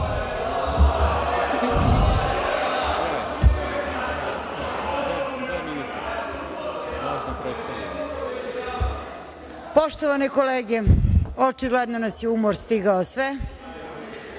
repliku? Poštovane kolege očigledno nas je umor stigao sve,